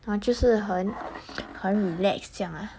然后就是很很 relax 这样啊